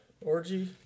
Orgy